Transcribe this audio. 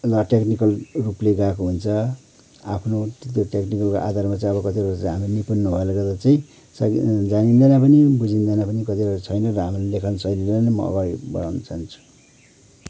र टेक्निकल रूपले गएको हुन्छ आफ्नो टेक्निकलको आधारमा चाहिँ अब कतिवटा चाहिँ हामी निपुण नभएकोले गर्दा चाहिँ सकि जनिँदैन पनि बुझिँदैन पनि कतिवटा छैन र हामी लेखन शैलीलाई नै म अगाडि बढाउन चाहान्छु